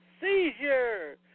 Seizure